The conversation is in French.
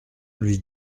lui